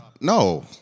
No